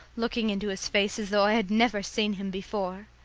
looking into his face as though i had never seen him before.